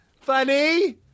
funny